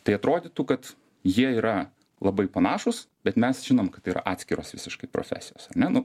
tai atrodytų kad jie yra labai panašūs bet mes žinom kad tai yra atskiros visiškai profesijos ane nu